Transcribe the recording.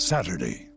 Saturday